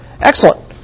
Excellent